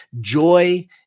Joy